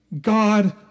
God